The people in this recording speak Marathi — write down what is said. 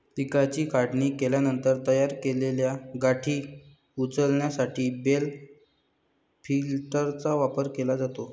पिकाची काढणी केल्यानंतर तयार केलेल्या गाठी उचलण्यासाठी बेल लिफ्टरचा वापर केला जातो